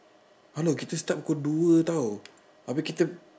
hello kita start pukul dua tau abeh kita